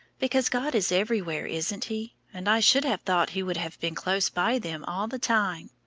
because god is everywhere, isn't he? and i should have thought he would have been close by them all the time.